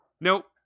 Nope